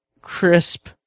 crisp